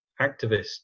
activists